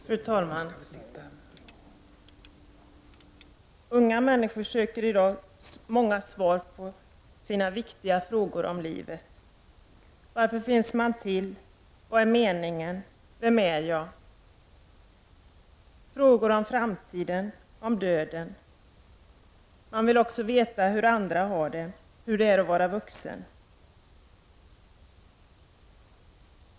Fru talman! Unga människor söker i dag många svar på sina viktiga frågor om livet: Varför finns man till? Vad är meningen? Vem är jag? Det är frågor om framtiden, om döden. De vill också veta hur andra har det, hur det är att vara vuxen.